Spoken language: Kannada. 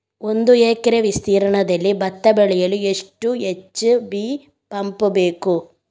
ಒಂದುಎಕರೆ ವಿಸ್ತೀರ್ಣದಲ್ಲಿ ಭತ್ತ ಬೆಳೆಯಲು ಎಷ್ಟು ಎಚ್.ಪಿ ಪಂಪ್ ಬೇಕು?